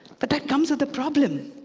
but that comes with a problem.